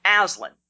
Aslan